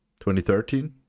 2013